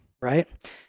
Right